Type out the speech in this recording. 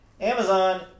Amazon